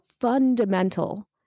fundamental